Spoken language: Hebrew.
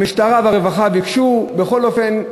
המשטרה והרווחה ביקשו, בכל אופן,